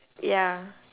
ya